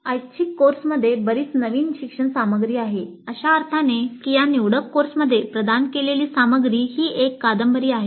"ऐच्छिक कोर्समध्ये बरीच नवीन शिक्षण सामग्री आहे" अशा अर्थाने की या निवडक कोर्समध्ये प्रदान केलेली सामग्री ही एक कादंबरी आहे